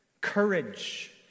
courage